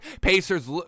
Pacers